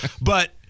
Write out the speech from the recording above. But-